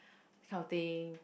that kind of thing